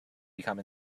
become